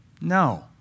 No